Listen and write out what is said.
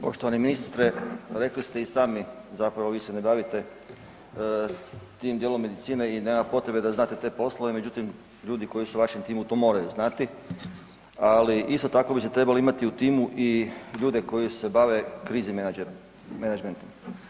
Poštovani ministre, rekli ste i sami zapravo vi se ne bavite tim dijelom medicine i nema potrebe da znate te poslove, međutim ljudi koji su u vašem timu to moraju znati, ali isto tako biste trebali imati u timu i ljude koji se bave kriznim menadžmentom.